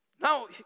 Now